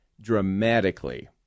dramatically